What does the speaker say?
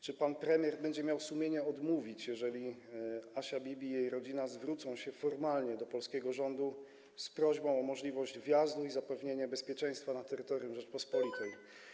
Czy pan premier będzie miał sumienie odmówić, jeżeli Asi Bibi i jej rodzina zwrócą się formalnie do polskiego rządu z prośbą o możliwość wjazdu i zapewnienie bezpieczeństwa na terytorium Rzeczypospolitej?